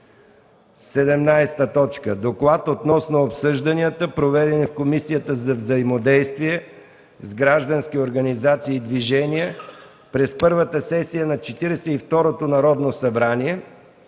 17. Доклад относно обсъжданията, проведени в Комисията за взаимодействие с граждански организации и движения през Първата сесия на Четиридесет